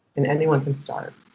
and anyone can start.